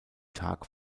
tag